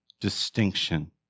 distinction